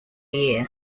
year